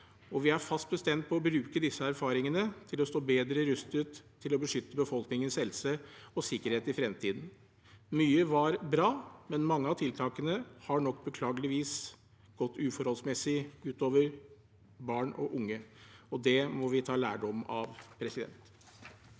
og vi er fast bestemt på å bruke disse erfaringene for å stå bedre rustet til å beskytte befolkningens helse og sikkerhet i fremtiden. Mye var bra, men mange av tiltakene har nok beklageligvis gått uforholdsmessig ut over barn og unge, og det må vi ta lærdom av. Presidenten